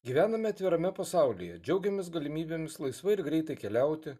gyvename atvirame pasaulyje džiaugiamės galimybėms laisvai ir greitai keliauti